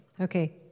Okay